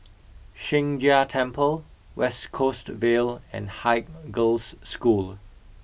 Sheng Jia Temple West Coast Vale and Haig Girls' School